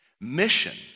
Mission